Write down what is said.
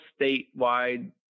statewide